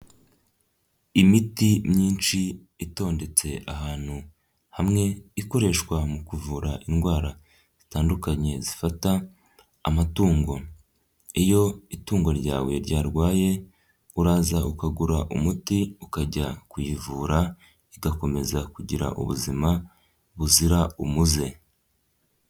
Imiti myinshi itondetse ahantu, hamwe ikoreshwa mu kuvura indwara zitandukanye zifata, amatungo. Iyo itungo ryawe ryarwaye, uraza ukagura umuti ukajya kuyivura igakomeza kugira ubuzima buzira umuze.